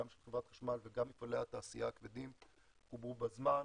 גם של חברת חשמל וגם מפעלי התעשייה הכבדים חוברו בזמן,